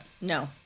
No